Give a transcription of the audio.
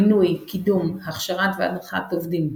מינוי, קידום, הכשרת והדרכת עובדים.